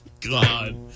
God